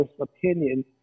opinion